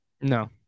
No